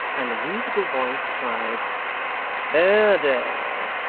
and a musical voice cried haredale,